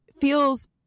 feels